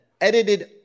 edited